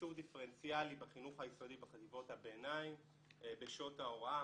תקצוב דיפרנציאלי בחינוך היסודי ובחטיבות הביניים בשעות ההוראה.